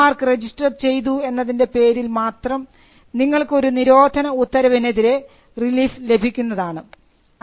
നിങ്ങൾ trade mark register ചെയ്തു എന്നതിൻറെ പേരിൽ മാത്രം നിങ്ങൾക്ക് ഒരു നിരോധന ഉത്തരവിനെതിരെ റിലീഫ് ലഭിക്കുന്നതാണ്